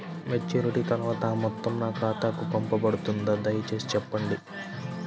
Maturity తర్వాత ఆ మొత్తం నా ఖాతాకు పంపబడుతుందా? దయచేసి చెప్పండి?